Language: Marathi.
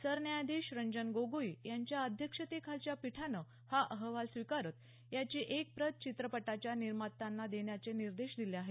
सरन्यायाधीश रंजन गोगोई यांच्या अध्यक्षतेखालच्या पीठानं हा अहवाल स्वीकारत याची एक प्रत चित्रपटाच्या निर्मात्यांना देण्याचे निर्देश दिले आहेत